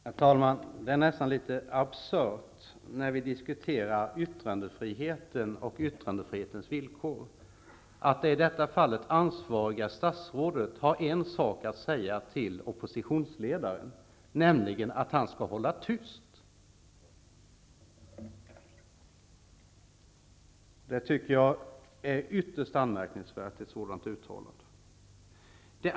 Herr talman! Det är nästan litet absurt när vi diskuterar yttrandefriheten och yttrandefrihetens villkor att det ansvariga statsrådet har en sak att säga till oppositionsledaren, nämligen att han skall hålla tyst. Jag tycker att ett sådant uttalande är ytterst anmärkningsvärt.